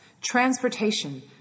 transportation